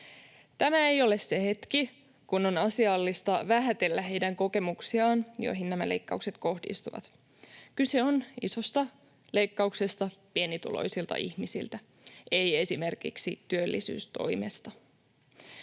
Tämä ei ole se hetki, kun on asiallista vähätellä heidän kokemuksiaan, joihin nämä leikkaukset kohdistuvat. Kyse on isosta leikkauksesta pienituloisilta ihmisiltä, ei esimerkiksi työllisyystoimesta.